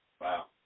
Wow